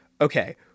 okay